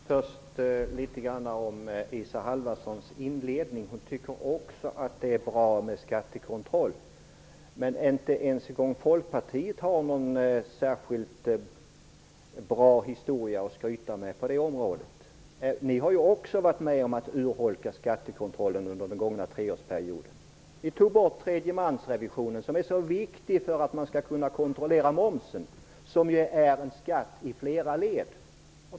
Herr talman! Först litet om det Isa Halvarsson sade inledningsvis. Hon tycker också att det är bra med skattekontroll. Men inte ens en gång Folkpartiet har någon särskilt bra historia att skryta med på det området. Ni har också varit med om att urholka skattekontrollen under den gångna treårsperioden. Ni tog bort tredjemansrevisionen, som är så viktig för att man skall kunna kontrollera momsen, som ju är en skatt i flera led.